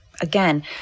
Again